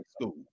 school